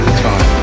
time